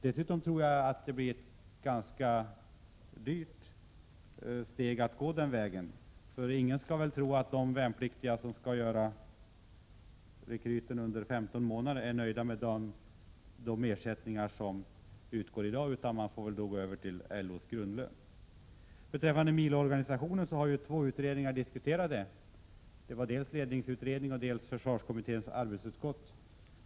Dessutom blir det ganska dyrt att gå den vägen. Ingen tror väl att de värnpliktiga som skall göra rekryten under 15 månader är nöjda med de ersättningar som utgår i dag, utan det blir kanske nödvändigt att gå över till LO:s grundlön. Milo-organisationen har diskuterats i två utredningar, dels ledningsutredningen, dels försvarskommitténs arbetsutskott.